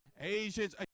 Asians